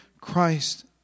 Christ